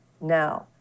now